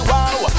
Wow